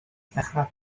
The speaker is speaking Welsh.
ddechrau